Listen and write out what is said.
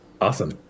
awesome